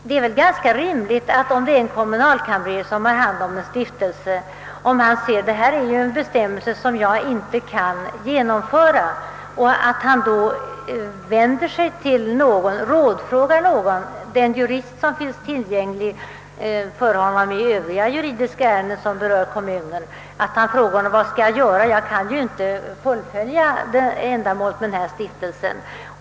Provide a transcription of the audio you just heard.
Det är väl ganska rimligt att exempelvis en kommunalkamrer, som har hand om en stiftelse, rådfrågar den jurist, som finns tillgänglig för honom i övriga juridiska ärenden rörande kommunen, om han finner att det är en bestämmelse som han inte kan genomföra. Han får då fråga: Vad skall jag göra? Jag kan ju inte fullfölja ändamålet med stiftelsen.